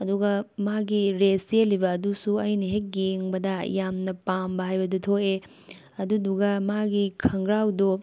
ꯑꯗꯨꯒ ꯃꯥꯒꯤ ꯔꯦꯁ ꯆꯦꯜꯂꯤꯕ ꯑꯗꯨꯁꯨ ꯑꯩꯅ ꯍꯦꯛ ꯌꯦꯡꯕꯗ ꯌꯥꯝꯅ ꯄꯥꯝꯕ ꯍꯥꯏꯕꯗꯣ ꯊꯣꯛꯑꯦ ꯑꯗꯨꯗꯨꯒ ꯃꯥꯒꯤ ꯈꯣꯡꯒ꯭ꯔꯥꯎꯗꯣ